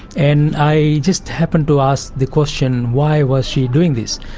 and i just happened to ask the question why was she doing this,